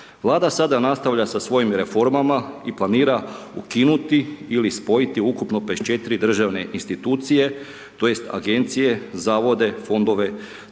Vlada sada nastavlja sa svojim reformama i planira ukinuti ili spojiti ukupno 54 državne institucije tj. agencije, zavode, fondove,